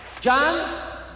John